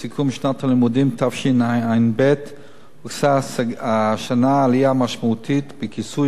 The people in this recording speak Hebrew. בסיכום שנת הלימודים תשע"ב הושגה השנה עלייה משמעותית בכיסוי